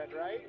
right